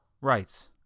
rights